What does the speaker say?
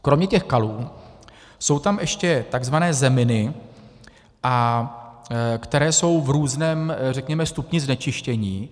Kromě těch kalů jsou tam ještě takzvané zeminy, které jsou v různém stupni znečištění.